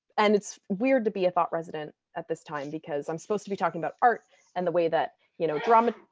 and it's weird to be a thought resident at this time because i'm supposed to be talking about art and the way that you know drama.